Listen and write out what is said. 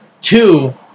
Two